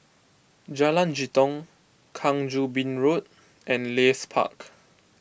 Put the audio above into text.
Jalan Jitong Kang Choo Bin Road and Leith Park